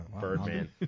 Birdman